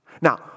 Now